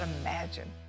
imagine